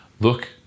look